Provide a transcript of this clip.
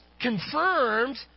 confirmed